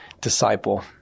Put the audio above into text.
disciple